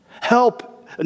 help